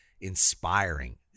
inspiring